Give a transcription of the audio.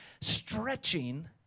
stretching